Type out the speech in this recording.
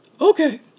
Okay